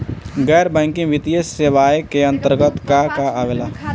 गैर बैंकिंग वित्तीय सेवाए के अन्तरगत का का आवेला?